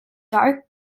dark